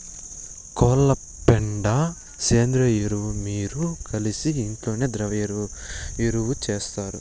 కోళ్ల పెండ సేంద్రియ ఎరువు మీరు కలిసి ఇంట్లోనే ద్రవ ఎరువు చేస్తారు